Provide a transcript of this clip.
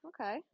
okay